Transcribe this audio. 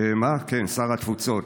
שר התפוצות.